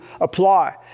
apply